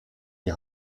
die